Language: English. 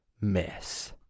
miss